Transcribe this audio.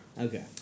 Okay